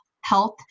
health